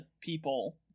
people